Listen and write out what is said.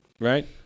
Right